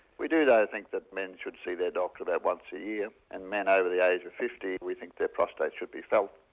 we do though think that men should see their doctor about once a year and men over the age of fifty we think their prostate should be felt,